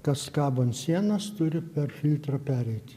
kas kabo ant sienos turi per filtrą pereit